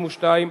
32,